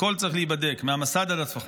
הכול צריך להיבדק, מהמסד עד הטפחות.